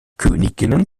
königinnen